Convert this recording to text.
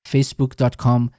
Facebook.com